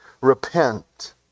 Repent